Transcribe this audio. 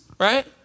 right